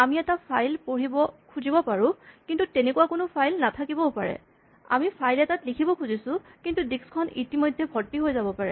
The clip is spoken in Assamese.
আমি এটা ফাইল ৰ পৰা পঢ়িব খুজিব পাৰোঁ কিন্তু তেনেকুৱা কোনো ফাইল নাথাকিব পাৰে আমি ফাইল এটাত লিখিব খুজিব পাৰোঁ কিন্তু ডিক্স খন ইতিমধ্যে ভৰ্তি হ'ব পাৰে